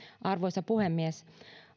arvoisa puhemies